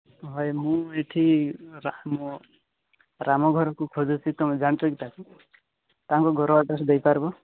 ଭାଇ ମୁଁ ଏଠି ମୋ ରାମ ଘରକୁ ଖୋଜୁଛି ତମେ ଜାଣିଛ କି ତାକୁ ତାଙ୍କ ଘର ଆଡ୍ରେଶ ଦେଇ ପାରିବ